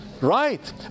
Right